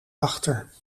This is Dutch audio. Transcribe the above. achter